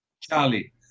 Charlie